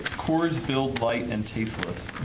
cores build light and tasteless